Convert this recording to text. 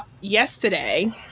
yesterday